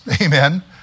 amen